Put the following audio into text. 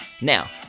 Now